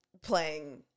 playing